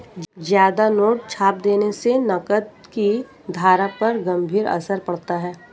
ज्यादा नोट छाप देने से नकद की धारा पर गंभीर असर पड़ता है